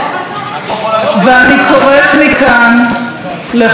ואני קוראת מכאן לכל מנהיג,